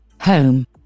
home